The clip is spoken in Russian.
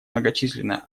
многочисленная